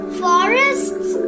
forests